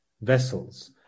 vessels